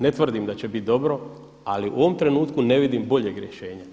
Ne tvrdim da će bit dobro, ali u ovom trenutku ne vidim boljeg rješenja.